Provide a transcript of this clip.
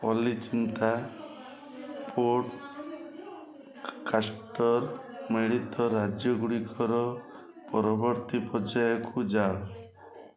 ଅଲି ଚିନ୍ତା ପୋଡ଼କାଷ୍ଟର ମିଳିତ ରାଜ୍ୟଗୁଡିକର ପରବର୍ତ୍ତୀ ପର୍ଯ୍ୟାୟକୁ ଯାଅ